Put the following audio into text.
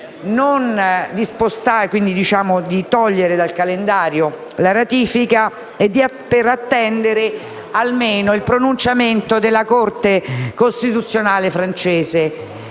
di togliere dal calendario tale ratifica per attendere almeno il pronunciamento della Corte costituzionale francese.